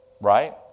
right